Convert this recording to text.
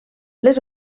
les